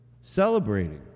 celebrating